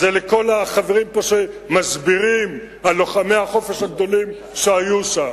אז לכל החברים פה שמסבירים על לוחמי החופש הגדולים שהיו שם.